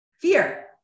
Fear